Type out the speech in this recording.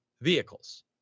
vehicles